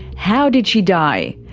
how did she die?